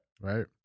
Right